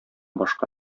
башка